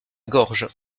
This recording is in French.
gorge